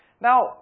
Now